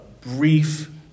brief